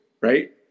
right